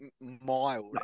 mild